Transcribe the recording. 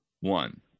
one